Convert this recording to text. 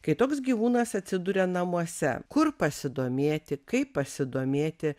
kai toks gyvūnas atsiduria namuose kur pasidomėti kaip pasidomėti